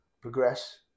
progress